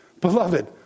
Beloved